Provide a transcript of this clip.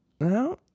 No